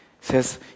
says